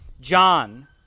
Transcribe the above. John